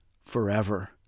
forever